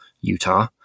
Utah